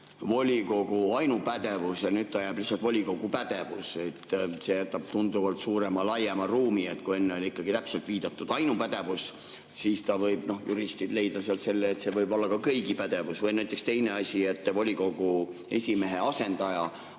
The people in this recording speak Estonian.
volikogu ainupädevus ja nüüd see jääb lihtsalt volikogu pädevusse. See jätab tunduvalt suurema, laiema ruumi. Kui enne oli ikka täpselt viidatud ainupädevus, siis [nüüd] võivad juristid leida sealt selle, et see võib olla ka kõigi pädevus. Või näiteks teine asi, et volikogu esimehe asendaja